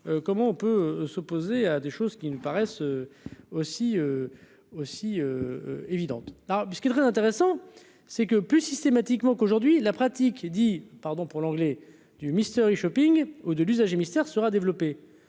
Comment on peut se poser à à des choses qui me paraissent aussi aussi évidente. Non, puisqu'il serait intéressant, c'est que plus systématiquement qu'aujourd'hui la pratique, il dit : pardon pour l'anglais du mystery shopping ou de l'usager mystère sera développée,